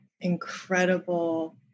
incredible